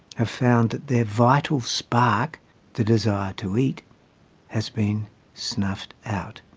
have found that their vital spark the desire to eat has been snuffed out